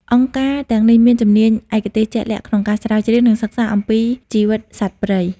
អង្គការទាំងនេះមានជំនាញឯកទេសជាក់លាក់ក្នុងការស្រាវជ្រាវ និងសិក្សាអំពីជីវិតសត្វព្រៃ។